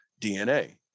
DNA